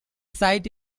site